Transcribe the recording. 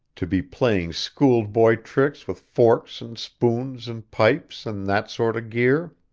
to be playing schoolboy tricks with forks and spoons and pipes, and that sort of gear.